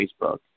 Facebook